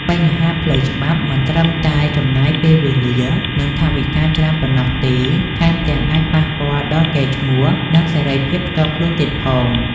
បញ្ហាផ្លូវច្បាប់មិនត្រឹមតែចំណាយពេលវេលា និងថវិកាច្រើនប៉ុណ្ណោះទេ ថែមទាំងអាចប៉ះពាល់ដល់កេរ្តិ៍ឈ្មោះ និងសេរីភាពផ្ទាល់ខ្លួនទៀតផង។